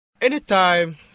Anytime